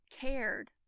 cared